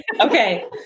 Okay